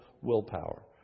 willpower